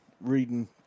reading